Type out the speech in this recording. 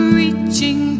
reaching